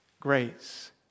Grace